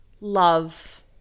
love